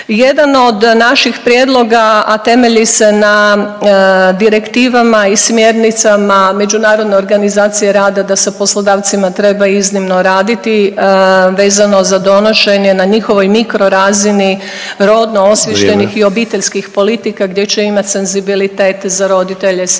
Jedan od naših prijedloga, a temelji se na direktivama i smjernicama Međunarodne organizacije rada, da sa poslodavcima treba iznimno raditi, vezano za donošenje na njihovoj mikrorazini rodno osviještenih … .../Upadica: Vrijeme./... … i obiteljskih politika gdje će imati senzibilitet za roditelje sa malom